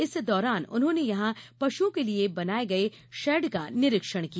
इस दौरान उन्होंने यहां पशुओं के लिए बनाया गए शेड का निरीक्षण किया